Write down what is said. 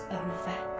over